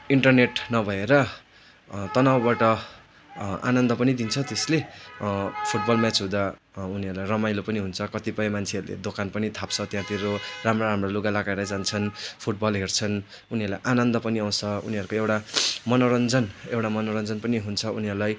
internet नभएर तनाउबाट आनन्द पनि दिन्छ त्यसले फुटबल म्याच हुँदा उनीहरूलाई रमाइलो पनि हुन्छ कतिपय मान्छेहरूले दोकान पनि थाप्छ त्यहाँतिर राम्रो राम्रो लुगा लगाएर जान्छन् फुटबल हेर्छन् उनीहरूलाई आनन्द पनि आउँछ उनीहरूको एउटा मनोरञ्जन एउटा मनोरञ्जन पनि हुन्छ उनीहरूलाई